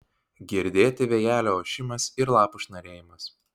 girdėti vėjelio ošimas ir lapų šnarėjimas